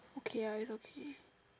okay ah it's okay